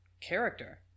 Character